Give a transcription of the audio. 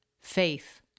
faith